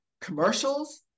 commercials